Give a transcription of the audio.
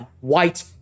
white